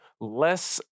less